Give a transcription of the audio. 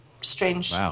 strange